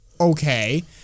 Okay